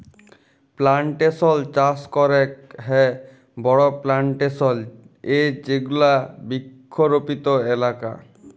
plantation চাস ক্যরেক হ্যয় বড় প্লানটেশল এ যেগুলা বৃক্ষরপিত এলাকা